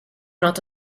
not